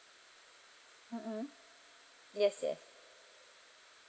mm mm yes yes